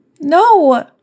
No